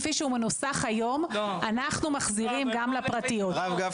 כפי שהוא מנוסח גם היום אנחנו מחזירים גם לחברות הפרטיות